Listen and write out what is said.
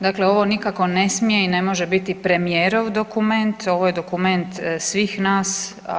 Dakle, ovo nikako ne smije i ne može biti premijerov dokument ovo je dokument svih nas.